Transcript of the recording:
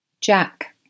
Jack